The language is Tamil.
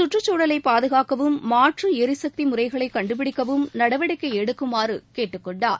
சுற்றுச்சூழலை பாதுகாக்கவும் மாற்று எரிசக்தி முறைகளை கண்டுபிடிக்கவும் நடவடிக்கை எடுக்குமாறு கேட்டுக் கொண்டார்